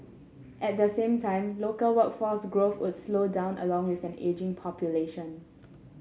at the same time local workforce growth would slow down along with an ageing population